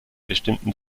bestimmten